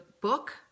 book